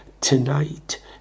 tonight